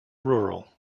rural